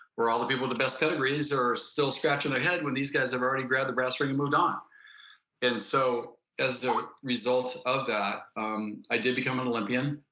where all the people with the best pedigrees are still scratching their head when these guys have already grabbed the brass ring and moved on and so as the result of that um i did become an olympian.